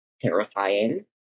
terrifying